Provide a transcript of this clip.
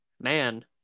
man